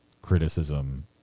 criticism